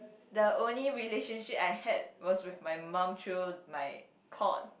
the only relationship I had was with my mum through my court